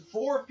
Four